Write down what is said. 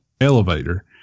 elevator